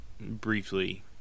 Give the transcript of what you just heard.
briefly